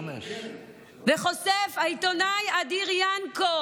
וחושף העיתונאי אדיר ינקו